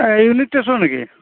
এই ইউনিট টেষ্টৰ নেকি